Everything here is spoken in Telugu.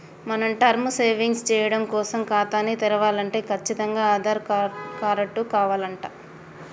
మనం టర్మ్ సేవింగ్స్ సేయడం కోసం ఖాతాని తెరవలంటే కచ్చితంగా ఆధార్ కారటు కావాలంట